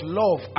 love